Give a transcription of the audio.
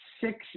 six